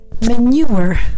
manure